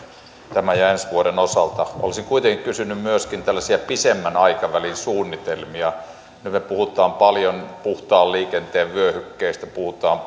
tämän ja ensi vuoden osalta olisin kuitenkin kysynyt myöskin tällaisia pidemmän aikavälin suunnitelmia nyt me puhumme paljon puhtaan liikenteen vyöhykkeistä puhutaan